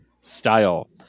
style